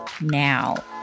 now